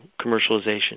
commercialization